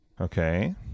Okay